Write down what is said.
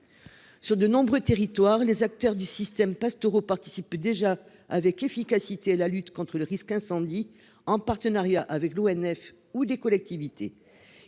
Sur de nombreux territoires, les acteurs du système pastoraux participe déjà avec efficacité la lutte contre le risque incendie en partenariat avec l'ONF ou des collectivités.